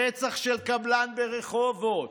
רצח של קבלן ברחובות,